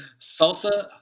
Salsa